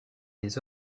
des